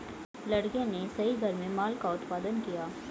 लड़के ने सही घर में माल का उत्पादन किया